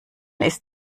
ist